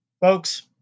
folks